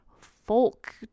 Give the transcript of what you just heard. folk